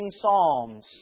psalms